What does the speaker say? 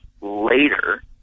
later